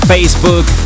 Facebook